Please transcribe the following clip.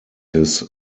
his